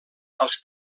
als